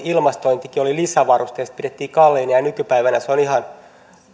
ilmastointikin oli lisävaruste ja sitä pidettiin kalliina ja ja nykypäivänä se on ihan